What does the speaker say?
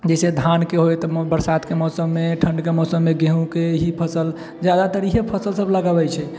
जैसे धानके होए तऽ बरसातके मौसममे ठण्डके मौसममे गेहूॅंके ही फसल जादातर इहे फसल सब लगाबै छै